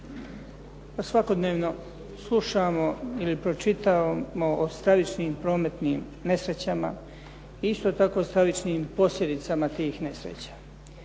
Svakodnevno slušamo ili pročitamo o stravičnim prometnim nesrećama i isto tako stravičnim posljedicama tih nesreća.